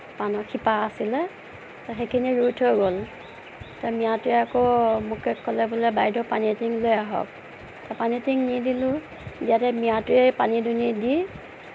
পাণৰ শিপা আছিলে সেইখিনি ৰুই থৈ গ'ল মিঞাটোৱে আকৌ মোকেই ক'লে বোলে বাইদেও পানী এটিং লৈ আহক পানী এটিং নি দিলোঁ ইয়াতেই মিঞাটোৱেই পানী দুনি দি পাণৰ ডালটো